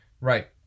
Right